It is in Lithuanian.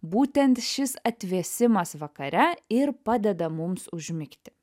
būtent šis atvėsimas vakare ir padeda mums užmigti